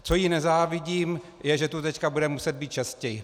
Co jí nezávidím, je, že tu teď bude muset být častěji.